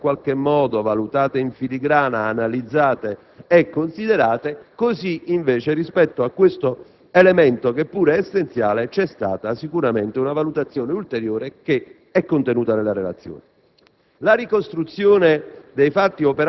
tutte le contestazioni sono state in qualche modo valutate in filigrana, analizzate e considerate, così invece rispetto a questo elemento, che pure è essenziale, vi è stata una valutazione ulteriore, che è contenuta nella relazione.